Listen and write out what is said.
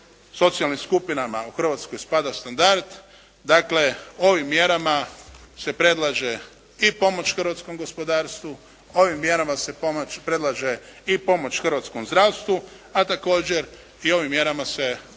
socijalnim skupinama u Hrvatskoj pada standard dakle ovim mjerama se predlaže i pomoć hrvatskom gospodarstvu. Ovim mjerama se pomoć, predlaže i pomoć hrvatskom zdravstvu, a također i ovim mjerama se i